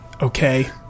okay